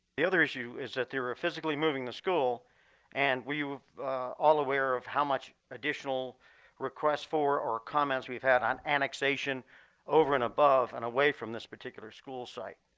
the other issue is that they were physically moving the school and we were all aware of how much additional requests for or comments we have had on annexation over and above and away from this particular school site.